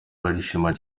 barishima